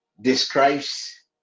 describes